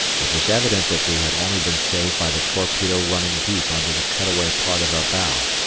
it was evident that we had only been saved by the torpedo running deep under the cut-away part of our bow,